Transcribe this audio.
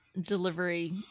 delivery